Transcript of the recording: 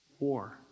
War